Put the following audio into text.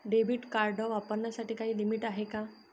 Debit card वापरण्यासाठी काही limit आहे का?